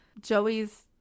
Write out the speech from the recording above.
Joey's